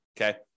Okay